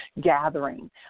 gathering